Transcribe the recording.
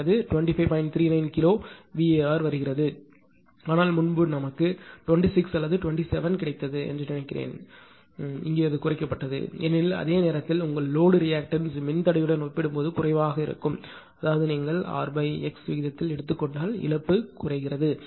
39 kilo VAr வருகிறது ஆனால் முன்பு நமக்கு 26 அல்லது 27 கிடைத்தது என்று நினைக்கிறேன் ஆனால் இங்கே அது குறைக்கப்பட்டது ஏனெனில் அதே நேரத்தில் உங்கள் லோடு ரியாக்டன்ஸ் மின்தடையுடன் ஒப்பிடும்போது குறைவாக இருக்கும் அதாவது நீங்கள் r x விகிதத்தில் எடுத்துக் கொண்டால் இழப்பும் குறைகிறது